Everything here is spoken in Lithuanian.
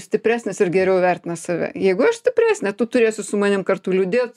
stipresnis ir geriau vertina save jeigu aš stipresnė tu turėsi su manim kartu liūdėt